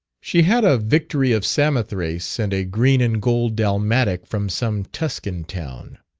she had a victory of samothrace and a green-and-gold dalmatic from some tuscan town